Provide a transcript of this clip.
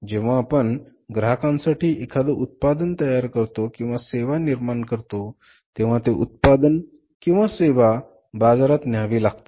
जेंव्हा आपण ग्राहकांसाठी एखादं उत्पादन तयार करतो किंवा सेवा निर्माण करतो तेंव्हा ते उत्पादन किंवा सेवा बाजारात न्यावी लागते